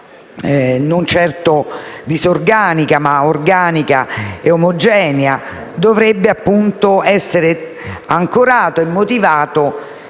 non certo disorganica, ma organica e omogenea, e dovrebbe essere ancorata e motivata